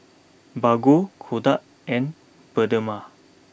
Bargo Kodak and Bioderma